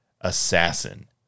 assassin